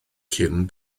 cyn